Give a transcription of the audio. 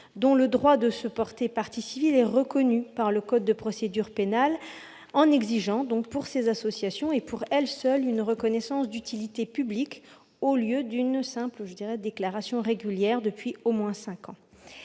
dont le droit de se porter partie civile est reconnu par le code de procédure pénale. Il s'agit en effet d'exiger pour ces associations, et pour elles seules, une reconnaissance d'utilité publique, au lieu d'une simple déclaration régulière depuis au moins cinq ans.